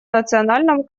национальном